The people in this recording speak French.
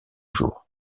jours